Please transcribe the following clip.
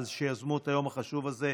על שיזמו את היום החשוב הזה.